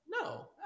No